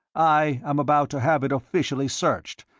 i am about to have it officially searched,